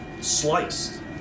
sliced